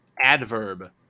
Adverb